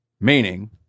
meaning